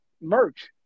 merch